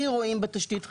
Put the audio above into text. כי רואים בה תשתית חיונית.